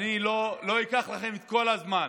אני לא אקח לכם את כל הזמן.